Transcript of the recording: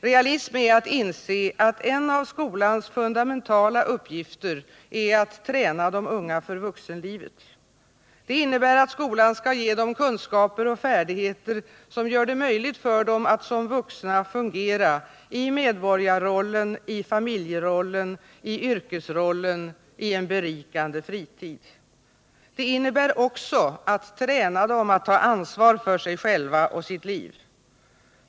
Realism är att inse att en av skolans fundamentala uppgifter är att träna de unga för vuxenlivet. Det innebär att skolan skall ge dem kunskaper och färdigheter som gör det möjligt för dem att som vuxna fungera i medborgarrollen, i familjerollen, i yrkesrollen och i en berikande fritid. Det innebär också att träna dem att ta ansvar för sig själva och sitt liv.